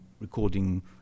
recording